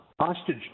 hostage